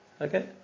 Okay